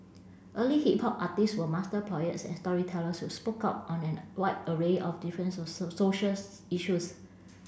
early hip hop artists were master poets and storytellers who spoke out on an wide array of difference social issues